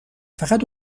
فقط